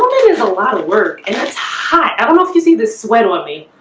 a lot of work and it's high, i don't know if you see the sweat on me